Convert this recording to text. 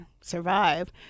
survive